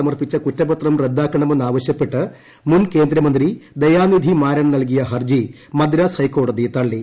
സമർപ്പിച്ച കുറ്റപത്രം റദ്ദാക്കണമെന്നാവശ്യപ്പെട്ട് മുൻ കേന്ദ്രമന്ത്രി ദയാനിധിമാരൻ നൽകിയ ഹർജി മദ്രാസ് ഹൈക്കോടതി തള്ളി